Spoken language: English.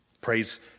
Praise